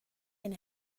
can